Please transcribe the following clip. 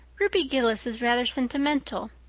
ruby gillis is rather sentimental.